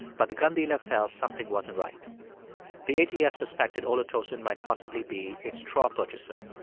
but the gun dealer felt something wasn't right the atf suspected olutosin might possibly be a straw purchaser,